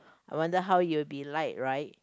I wonder how it will be like right